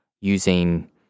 using